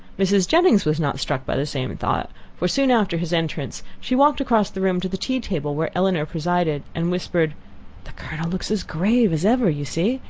mrs. jennings was not struck by the same thought for soon after his entrance, she walked across the room to the tea-table where elinor presided, and whispered the colonel looks as grave as ever you see.